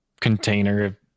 container